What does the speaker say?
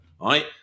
right